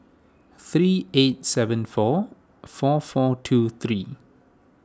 three eight seven four four four two three